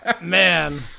Man